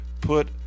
put